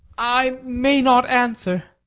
i may not answer.